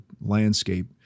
landscape